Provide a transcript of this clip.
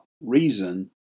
reason